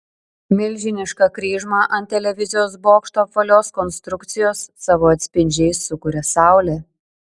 milžinišką kryžmą ant televizijos bokšto apvalios konstrukcijos savo atspindžiais sukuria saulė